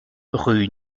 rue